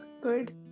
Good